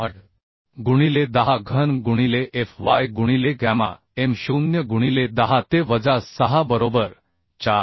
8 गुणिले 10 घन गुणिले f y गुणिले गॅमा M0 गुणिले 10 ते वजा 6 बरोबर 4